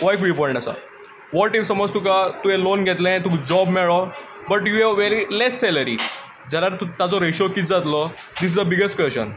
हो एक पॉंयट आसा वॉट इफ समज तुवें लोन घेतलें तुका जोब मेळ्ळो but you have very less salary जाल्यार ताचो रेशियो कित जातलो इज द बिगस्ट क्वेश्चन